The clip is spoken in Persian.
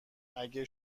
اگه